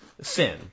sin